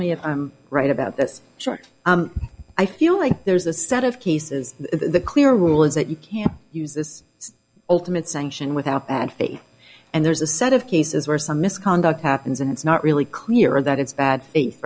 me if i'm right about this chart i feel like there's a set of cases the clear rule is that you can't use this ultimate sanction without bad faith and there's a set of cases where some misconduct happens and it's not really clear that it's bad